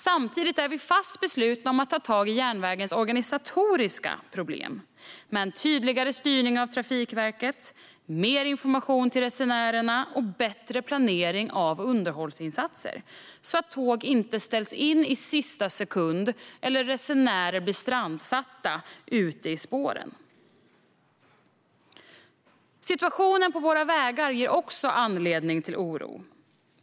Samtidigt är vi fast beslutna att ta tag i järnvägens organisatoriska problem, med tydligare styrning av Trafikverket, mer information till resenärer och bättre planering av underhållsinsatser så att tåg inte ställs in i sista sekunden eller resenärer blir strandsatta ute på spåren. Situationen på våra vägar ger också anledning till oro.